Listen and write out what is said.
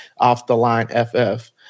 OffTheLineFF